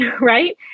Right